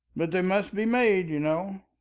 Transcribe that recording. but they must be made, you know.